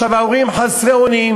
ההורים חסרי אונים,